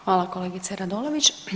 Hvala kolegice Radolović.